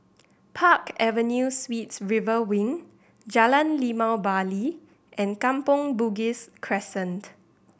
Park Avenue Suites River Wing Jalan Limau Bali and Kampong Bugis Crescent